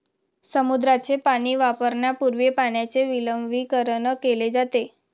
समुद्राचे पाणी वापरण्यापूर्वी पाण्याचे विलवणीकरण केले जाते